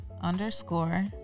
underscore